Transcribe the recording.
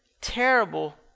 terrible